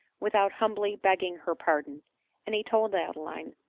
without humbly begging her pardon and he told adeline,